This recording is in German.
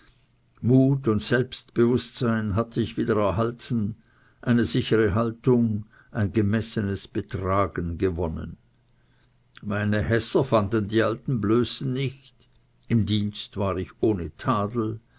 mut und selbstbewußtsein hatte ich wieder erhalten eine sichere haltung ein gemessenes betragen gewonnen meine hässer fanden die alten blößen nicht im dienst war ich ohne tadel